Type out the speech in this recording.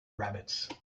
rabbits